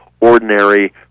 ordinary